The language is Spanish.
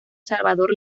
salvador